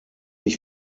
ich